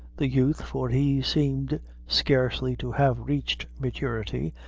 the youth, for he seemed scarcely to have reached maturity,